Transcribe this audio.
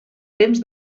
temps